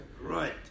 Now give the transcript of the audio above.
Right